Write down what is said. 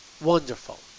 Wonderful